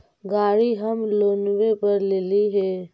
गाड़ी हम लोनवे पर लेलिऐ हे?